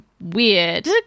weird